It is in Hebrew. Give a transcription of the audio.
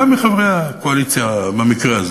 גם מחברי הקואליציה במקרה הזה,